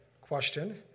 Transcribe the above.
question